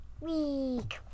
week